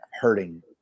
hurting